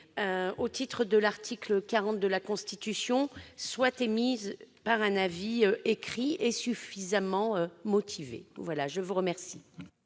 au titre de l'article 40 de la Constitution soit émise par un avis écrit et suffisamment motivé. Quel est l'avis